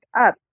up